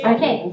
Okay